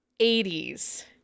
80s